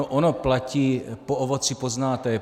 Ono platí po ovoci poznáte je.